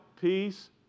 peace